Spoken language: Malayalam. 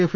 എഫ്